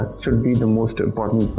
sort of be the most important